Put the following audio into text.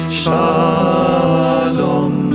shalom